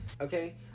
okay